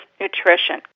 nutrition